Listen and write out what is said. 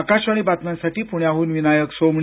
आकाशवाणी बातम्यांसाठी पुण्याहून विनायक सोमणी